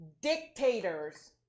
dictators